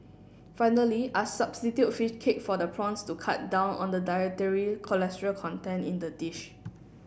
finally I substitute fish cake for the prawns to cut down on the dietary cholesterol content in the dish